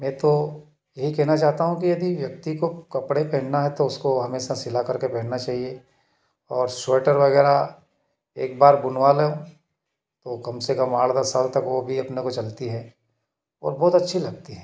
मै तो यही कहना चाहता हूँ कि यदि व्यक्ति को कपड़े पहनना हैं तो उसको हमेशा सिलाकर पहनना चाहिए और स्वेटर वगैरह एक बार बुनवा लो तो कम से कम आठ दस साल तक वह भी अपने को चलती हैं और बहुत अच्छी लगती हैं